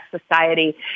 society